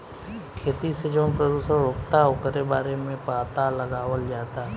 खेती से जवन प्रदूषण होखता ओकरो बारे में पाता लगावल जाता